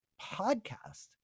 podcast